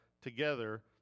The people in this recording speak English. together